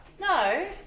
No